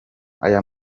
aya